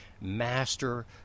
master